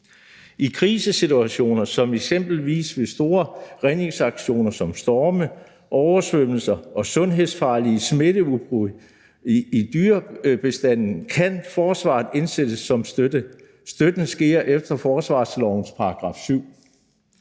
»I krisesituationer som eksempelvis ved store redningsaktioner, storme, oversvømmelser og sundhedsfarlige smitteudbrud i dyrebestande kan forsvaret indsættes som støtte. Støtten sker efter forsvarslovens § 7.